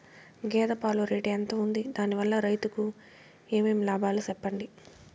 గేదె పాలు రేటు ఎంత వుంది? దాని వల్ల రైతుకు ఏమేం లాభాలు సెప్పండి?